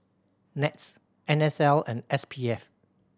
NETS N S L and S P F